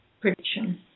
prediction